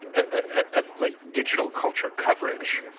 ah of, like, digital culture coverage.